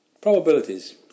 Probabilities